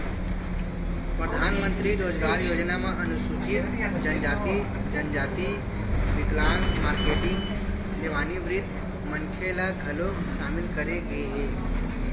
परधानमंतरी रोजगार योजना म अनुसूचित जनजाति, जनजाति, बिकलांग, मारकेटिंग, सेवानिवृत्त मनखे ल घलोक सामिल करे गे हे